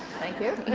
thank you.